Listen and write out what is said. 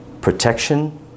protection